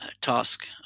task